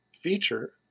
feature